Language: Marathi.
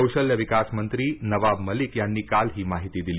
कौशल्य विकास मंत्री नवाब मलिक यांनी काल ही माहिती दिली